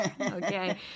Okay